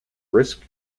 risk